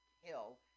Hill